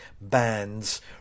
bands